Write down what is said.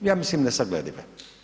Ja mislim nesagledive.